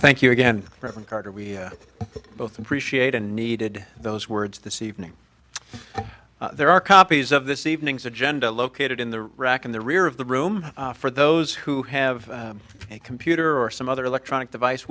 thank you again from carter we both appreciate and needed those words this evening there are copies of this evening's agenda located in the rack in the rear of the room for those who have a computer or some other electronic device